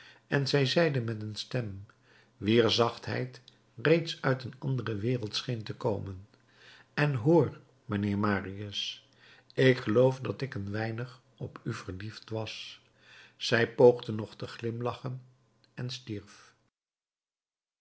en zij zeide met een stem wier zachtheid reeds uit een andere wereld scheen te komen en hoor mijnheer marius ik geloof dat ik een weinig op u verliefd was zij poogde nog te glimlachen en stierf